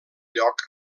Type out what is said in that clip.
lloc